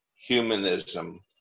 humanism